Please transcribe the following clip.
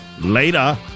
Later